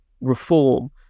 reform